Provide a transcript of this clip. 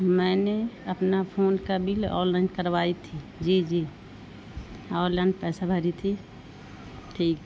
میں نے اپنا فون کا بل آن لائن کروائی تھی جی جی آن لائن پیسہ بھری تھی ٹھیک ہے